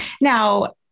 now